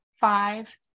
five